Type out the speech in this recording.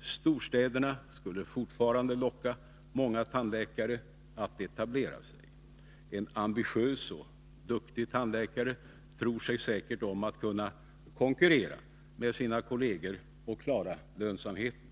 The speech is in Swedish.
Storstäderna skulle fortfarande locka många tandläkare att etablera sig. En ambitiös och duktig tandläkare tror sig säkert om att kunna konkurrera med sina kolleger och klara lönsamheten.